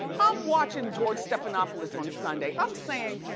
i'm watching george stephanopoulos on sunday, i'm sayin',